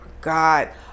God